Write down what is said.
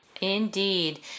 Indeed